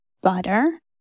butter